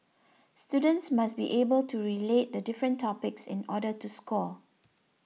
students must be able to relate the different topics in order to score